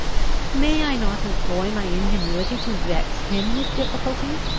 may i not employ my ingenuity to vex him with difficulties,